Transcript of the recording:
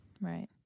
Right